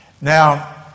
Now